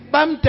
Bam